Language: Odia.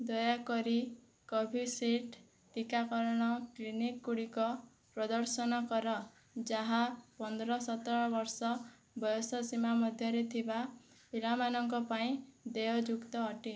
ଦୟାକରି କୋଭିସିଲ୍ଡ୍ ଟିକାକରଣ କ୍ଲିନିକ୍ ଗୁଡ଼ିକ ପ୍ରଦର୍ଶନ କର ଯାହା ପନ୍ଦର ସତର ବର୍ଷ ବୟସ ସୀମା ମଧ୍ୟରେ ଥିବା ପିଲାମାନଙ୍କ ପାଇଁ ଦେୟଯୁକ୍ତ ଅଟେ